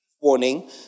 warning